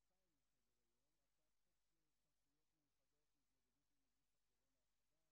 אני מתכבד לחדש את ישיבת הכנסת.